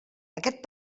aquest